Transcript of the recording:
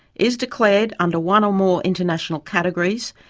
is declared under one or more international categories,